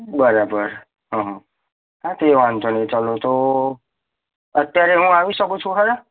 બરાબર હં હં હા તે વાંધો નહીં ચાલો તો અત્યારે હું આવી શકું છું ખરાં